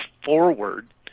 forward